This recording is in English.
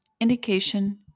indication